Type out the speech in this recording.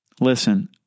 listen